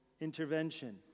intervention